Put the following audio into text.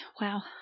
Wow